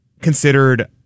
considered